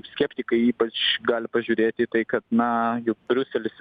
skeptikai ypač gali pažiūrėti į tai kad na juk briuselis